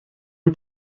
wyt